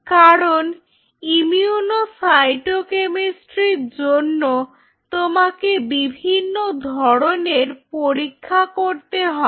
কারণ ইমিউনো সাইটো কেমিস্ট্রির জন্য তোমাকে বিভিন্ন ধরনের পরীক্ষা করতে হবে